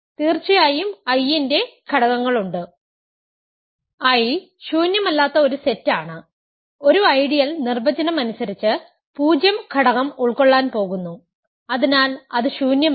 തീർച്ചയായും I ന്റെ ഘടകങ്ങളുണ്ട് I ശൂന്യമല്ലാത്ത ഒരു സെറ്റ് ആണ് ഒരു ഐഡിയൽ നിർവചനം അനുസരിച്ച് 0 ഘടകം ഉൾക്കൊള്ളാൻ പോകുന്നു അതിനാൽ അത് ശൂന്യമല്ല